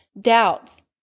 doubts